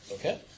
Okay